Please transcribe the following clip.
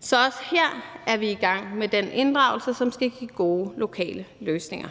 Så også her er vi i gang med den inddragelse, som skal give gode lokale løsninger.